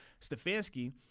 Stefanski